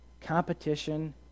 competition